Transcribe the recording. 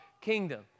kingdom